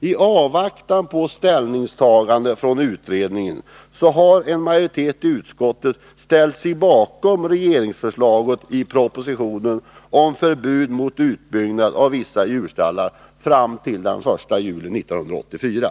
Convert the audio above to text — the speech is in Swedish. I avvaktan på ett ställningstagande från utredningen har en majoritet i utskottet ställt sig bakom regeringsförslaget i propositionen om förbud mot utbyggnad av vissa djurstallar fram till den 1 juli 1984.